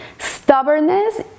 Stubbornness